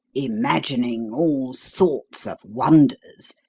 imagining all sorts of wonders,